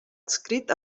adscrit